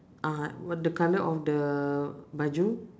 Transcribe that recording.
(uh huh) what the colour of the baju